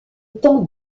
temps